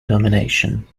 domination